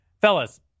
Fellas